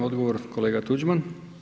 Odgovor kolega Tuđman.